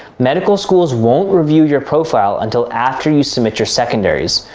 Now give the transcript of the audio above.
medical schools won't review your profile until after you submit your secondaries.